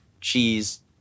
cheese